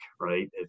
right